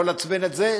לא לעצבן את זה,